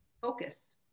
Focus